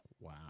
wow